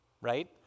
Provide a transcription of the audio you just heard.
right